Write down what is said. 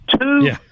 Two